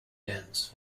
dense